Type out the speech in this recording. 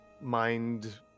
mind